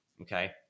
okay